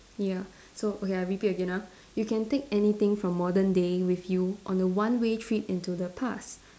ya so okay I repeat again ah you can take anything from modern day with you on a one way trip into the past